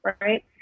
right